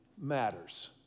matters